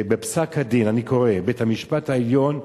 ובפסק-הדין, אני קורא, בית-המשפט העליון,